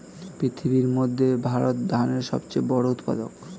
পৃথিবীর মধ্যে ভারত ধানের সবচেয়ে বড় উৎপাদক